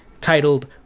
titled